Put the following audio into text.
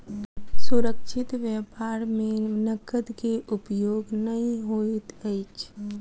सुरक्षित व्यापार में नकद के उपयोग नै होइत अछि